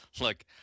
look